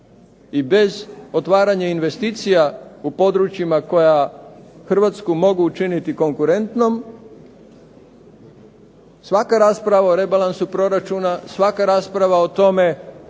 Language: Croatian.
i bez otvaranja investicija u područjima koja Hrvatsku mogu učiniti konkurentnom svaka rasprava o rebalansu proračuna, svaka rasprava o tome